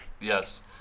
Yes